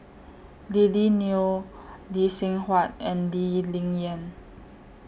Lily Neo Lee Seng Huat and Lee Ling Yen